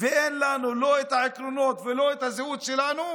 ואין לנו לא עקרונות ולא זהות שלנו,